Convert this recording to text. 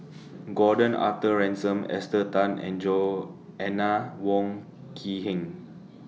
Gordon Arthur Ransome Esther Tan and Joanna Wong Quee Heng